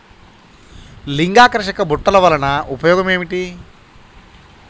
లింగాకర్షక బుట్టలు వలన ఉపయోగం ఏమిటి?